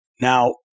Now